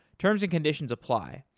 terms and conditions apply.